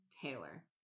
Taylor